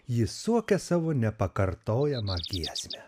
ji suokia savo nepakartojamą giesmę